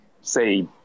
say